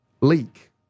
leak